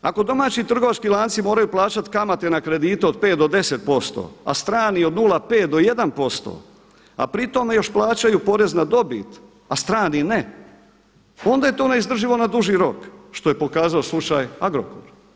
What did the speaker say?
Ako domaći trgovački lanci moraju plaćati kamate na kredite od 5 do 10%, a strani od 0,5 do 1%, a pri tome još plaćaju porez na dobit, a strani ne, onda je to neizdrživo na dugi rok što je pokazao slučaj Agrokor.